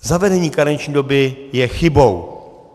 Zavedení karenční doby je chybou.